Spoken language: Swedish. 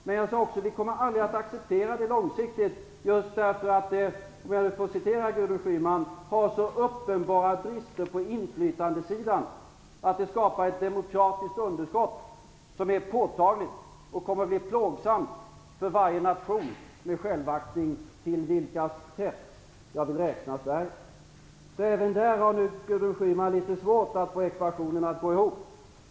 Men jag sade också att vi aldrig kommer att acceptera detta långsiktigt just för att - om jag får citera Gudrun Schyman - det har så uppenbara brister på inflytandesidan att det skapar ett demokratiskt underskott som är påtagligt och som kommer att bli plågsamt för varje nation med självaktning, till vilkas krets jag räknar Sverige. Så även här har Gudrun Schyman litet svårt att få ekvationen att gå ihop.